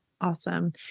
Awesome